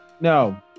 No